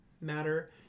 matter